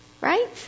Right